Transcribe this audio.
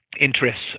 interests